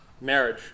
marriage